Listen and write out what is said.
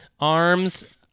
ARMS